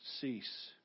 cease